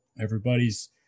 Everybody's